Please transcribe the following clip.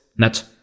net